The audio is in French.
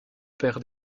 père